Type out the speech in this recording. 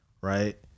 right